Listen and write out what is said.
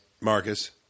Marcus